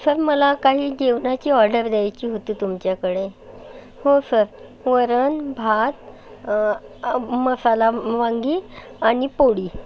sir मला काही जेवणाची ऑर्डर द्यायची होती तुमच्याकडे हो सर वरण भात मसाला वांगी आणि पोळी